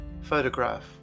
Photograph